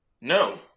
No